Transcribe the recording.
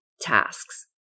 tasks